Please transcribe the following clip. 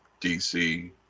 DC